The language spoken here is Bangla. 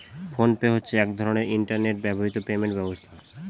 ফোন পে হচ্ছে এক রকমের ইন্টারনেট বাহিত পেমেন্ট ব্যবস্থা